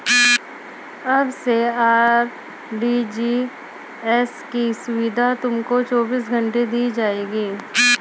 अब से आर.टी.जी.एस की सुविधा तुमको चौबीस घंटे दी जाएगी